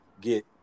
get